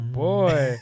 boy